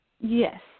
Yes